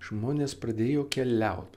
žmonės pradėjo keliaut